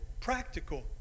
practical